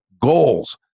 goals